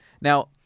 Now